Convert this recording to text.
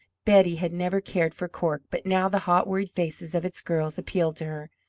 betty had never cared for cork but now the hot worried faces of its girls appealed to her.